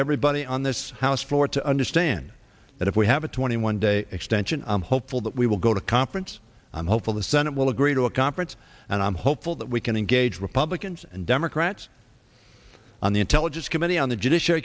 everybody on this house floor to understand that if we have a twenty one day extension i'm hopeful that we will go to prince i'm hopeful the senate will agree to a conference and i'm hopeful that we can engage republicans and democrats on the intelligence committee on the judicia